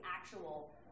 actual